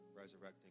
resurrecting